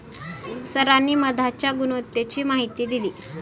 सरांनी मधाच्या गुणवत्तेची माहिती दिली